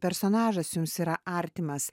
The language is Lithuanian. personažas jums yra artimas